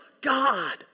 God